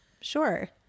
Sure